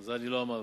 את זה לא אמרתי.